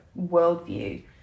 worldview